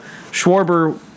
Schwarber